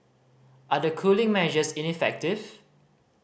are the cooling measures ineffective